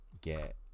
get